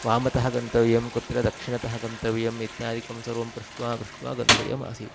वामतः गन्तव्यं कुत्र दक्षिणतः गन्तव्यम् इत्यादिकं सर्वं पृष्ट्वा पृष्ट्वा गन्तव्यम् आसीत्